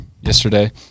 yesterday